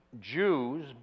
Jews